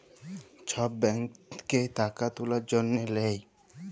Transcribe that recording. ছব ব্যাংকে টাকা তুলার জ্যনহে লেই